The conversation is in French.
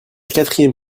quatrième